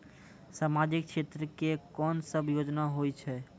समाजिक क्षेत्र के कोन सब योजना होय छै?